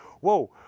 Whoa